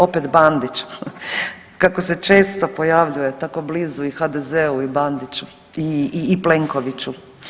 Opet Bandić, kako se često pojavljuje, tako blizu i HDZ-u i Bandiću i Plenkoviću.